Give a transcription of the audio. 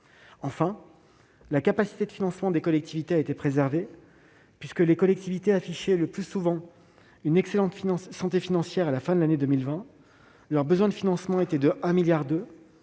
Enfin, la capacité de financement des collectivités locales a été préservée. Elles affichaient le plus souvent une excellente santé financière à la fin de l'année 2020 : leur besoin de financement était de 1,2 milliard